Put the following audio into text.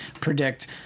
predict